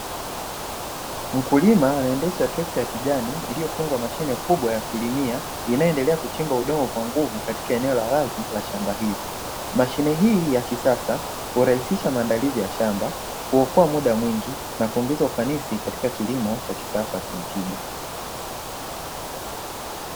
Mkulima anaendesha trekta ya kijani iliyofungwa mashine kubwa ya kulimia, inayo endelea kuchimba udongo kwa nguvu katika eneo la wazi la shamba hili. Mashine hii ya kisasa; hurahisisha maandalizi ya shamba, huokoa muda mwingi na kuongeza ufanisi katika kilimo cha kisasa chenye tija.